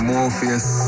Morpheus